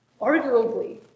arguably